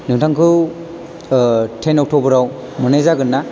नोंथांखौ टेन अक्ट'बरआव मोननाय जागोन ना